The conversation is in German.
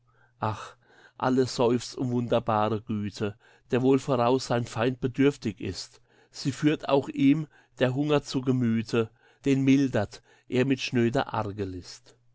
ach alles seufzt um wunderbare güte der wohl voraus sein feind bedürftig ist sie führt auch ihm der hunger zu gemüthe den mildert er mit schnöder argelist